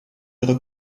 ihre